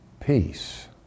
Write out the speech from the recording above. peace